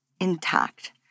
intact